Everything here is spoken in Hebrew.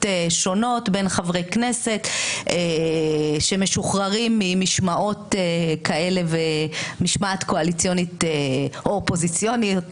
שונות בין חברי כנסת שמשוחררים ממשמעת קואליציונית או אופוזיציונית.